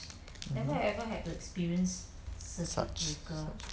mmhmm such such